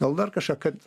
gal dar kažką kad